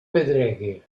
pedregue